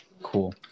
cool